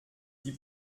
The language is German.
die